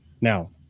now